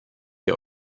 der